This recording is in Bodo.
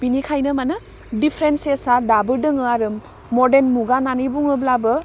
बिनिखायनो मानो डिफारेन्टसेसा दाबो दोङो आरो मर्डेन मुगा होन्नानै बुङोब्लाबो